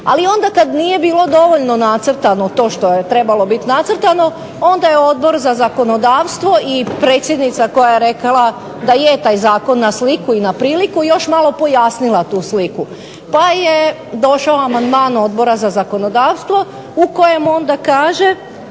Ali onda kad nije bilo dovoljno nacrtano to što je trebalo biti nacrtano, onda je Odbor za zakonodavstvo i predsjednica koja je rekla da je taj zakon na sliku i priliku još malo pojasnila tu sliku, pa je došao amandman Odbora za zakonodavstvo u kojem onda kaže